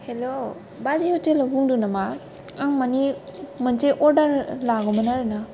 हेल' बाजै हटेलाव बुंदों नामा आं माने मोनसे अर्डार लागौमोन आरो ना